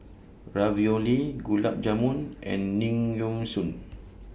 Ravioli Gulab Jamun and